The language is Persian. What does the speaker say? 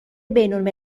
بین